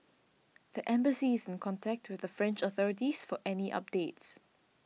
the embassy is in contact with the French authorities for any updates